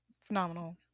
phenomenal